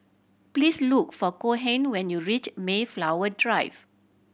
please look for Cohen when you reach Mayflower Drive